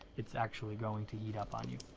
it's actually going to heat up on you.